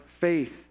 faith